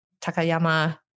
Takayama